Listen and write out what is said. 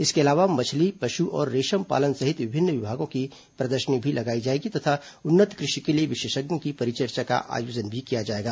इसके अलावा मछली पशु और रेशम पालन सहित विभिन्न विभागों की प्रदर्शनी भी लगाई जाएगी तथा उन्नत कृषि के लिए विशेषज्ञों की परिचर्चा का भी आयोजन किया जाएगा